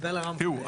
תראו,